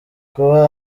kuba